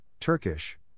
Turkish